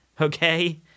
okay